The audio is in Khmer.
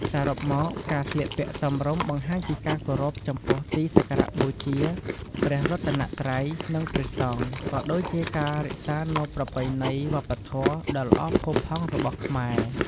សរុបមក ការស្លៀកពាក់សមរម្យបង្ហាញពីការគោរពចំពោះទីសក្ការៈបូជា ព្រះរតនត្រ័យ និងព្រះសង្ឃ ក៏ដូចជាការរក្សានូវប្រពៃណីវប្បធម៌ដ៏ល្អផូរផង់របស់ខ្មែរ។